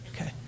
okay